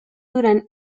duran